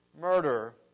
murder